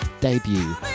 debut